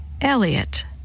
Elliot